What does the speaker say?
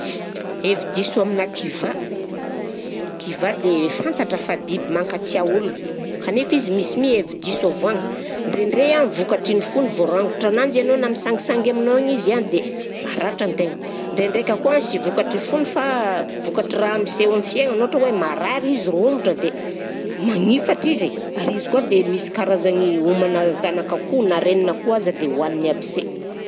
Hevi-diso amina kivà, kivà de fantatra fa biby mankatia olona kanefa izy misy mi hevi-diso avoagny, ndraindray a vokatry ny fony voarangotrananjy anao na misangisangy aminao izy a de maratra an-tegna, ndraindraika koa a sy vokatry fony fa vokatry raha miseho amin'ny fiaignany ohatra hoe marary izy, romotra dia manifatry izy, ary izy koa de misy karazagny homanà zanak'akoho na renin'akoho aza dia hohaniny aby se.